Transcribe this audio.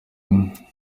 hari